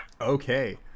Okay